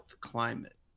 climate